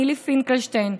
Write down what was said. נילי פינקלשטיין,